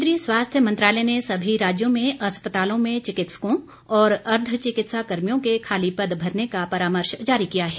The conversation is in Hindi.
केन्द्रीय स्वास्थ्य मंत्रालय ने सभी राज्यों में अस्पतालों में चिकित्सकों और अर्द्दचिकित्सा कर्मियों के खाली पद भरने का परामर्श जारी किया है